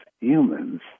humans